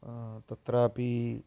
तत्रापि